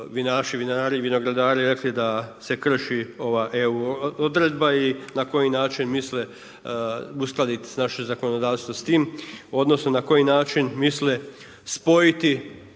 vinaši, vinari, vinogradari da se krši ova EU odredba i na koji način misle uskladiti naše zakonodavstvo s time odnosno na koji način misle spojiti